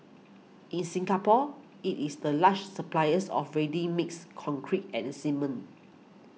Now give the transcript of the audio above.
in Singapore it is the largest suppliers of ready mixed concrete and cement